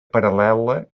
paral·lela